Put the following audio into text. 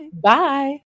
Bye